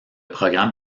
programme